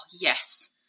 yes